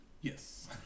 Yes